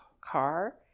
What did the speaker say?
car